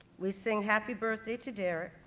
we sing happy birthday to derrick,